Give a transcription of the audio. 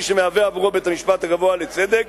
שמהווה עבורו בית-המשפט הגבוה לצדק.